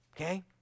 okay